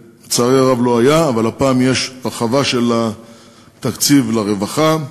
אבל הפעם יש הרחבה של התקציב לרווחה.